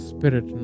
Spirit